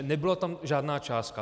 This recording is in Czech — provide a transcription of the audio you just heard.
Nebyla tam žádná částka.